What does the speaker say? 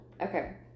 Okay